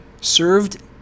served